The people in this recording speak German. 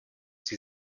sie